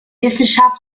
wissenschaft